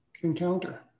encounter